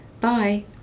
Bye